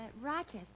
Rochester